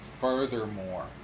Furthermore